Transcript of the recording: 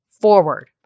forward